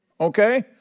Okay